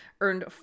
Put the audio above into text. earned